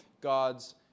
God's